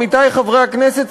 עמיתי חברי הכנסת,